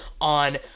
on